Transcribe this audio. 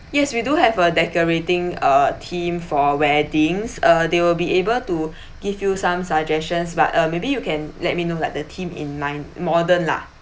yes we do have a decorating uh team for weddings uh they will be able to give you some suggestions but uh maybe you can let me know like the theme in mind modern lah